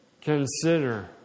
Consider